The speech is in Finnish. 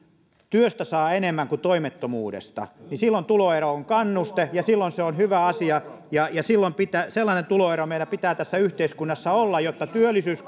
työstä saa enemmän kuin toimettomuudesta silloin tuloero on kannuste ja silloin se on hyvä asia sellainen tuloero meillä pitää tässä yhteiskunnassa olla jotta työllisyys